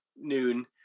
noon